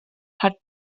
hat